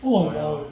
!walao! eh